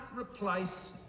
replace